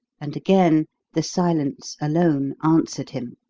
and again the silence alone answered him.